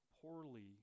poorly